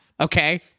okay